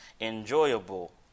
enjoyable